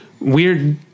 weird